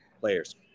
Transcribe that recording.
players